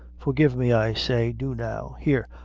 forgive me, i say do now here,